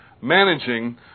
managing